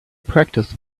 practice